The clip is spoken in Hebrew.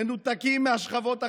מנותקים מהשכבות החלשות.